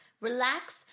relax